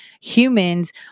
humans